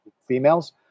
females